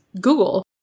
Google